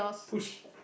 push